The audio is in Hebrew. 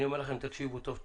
אני אומר לכם, תקשיבו טוב טוב.